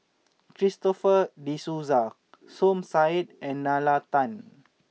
Christopher De Souza Som Said and Nalla Tan